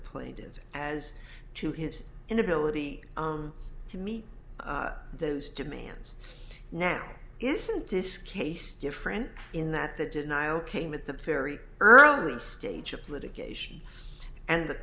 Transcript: plaintive as to his inability to meet those demands now isn't this case different in that the denial came at the very early stage of litigation and the